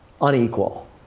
unequal